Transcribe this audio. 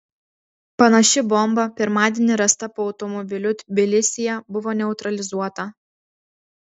panaši bomba pirmadienį rasta po automobiliu tbilisyje buvo neutralizuota